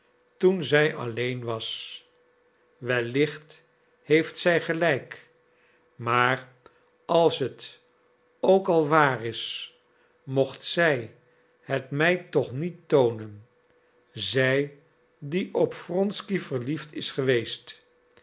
toen zij alleen was wellicht heeft zij gelijk maar als het ook al waar is mocht zij het mij toch niet toonen zij die op wronsky verliefd is geweest